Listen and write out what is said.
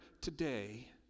today